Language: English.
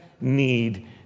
need